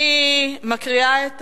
אני אקרא את השמות,